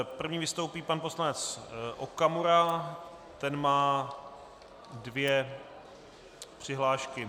První vystoupí pan poslanec Okamura, ten má dvě přihlášky.